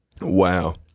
Wow